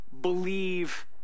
believe